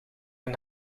een